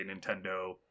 Nintendo